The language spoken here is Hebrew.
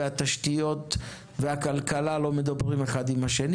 התשתיות והכלכלה לא מדברים אחד עם השני.